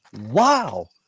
Wow